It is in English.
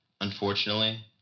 unfortunately